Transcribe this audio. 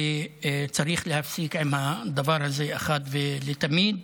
וצריך להפסיק עם הדבר הזה אחת ולתמיד.